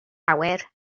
awyr